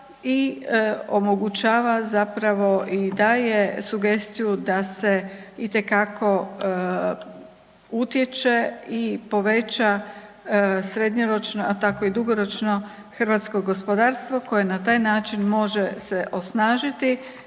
i omogućava zapravo i daje sugestiju da se itekako utječe i poveća srednjoročno, a tako i dugoročno hrvatsko gospodarstvo koje na taj način može se osnažiti